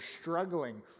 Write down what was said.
struggling